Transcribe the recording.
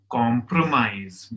compromise